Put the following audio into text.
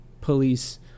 police